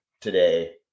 today